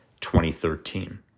2013